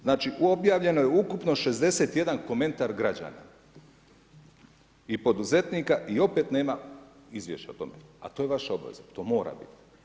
Znači obavljeno je ukupno 61 komentar građana i poduzetnika i opet nema izvješća o tome, a to je vaša obaveza, to mora biti.